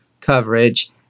coverage